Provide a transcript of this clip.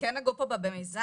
כן נגעו פה במיזם,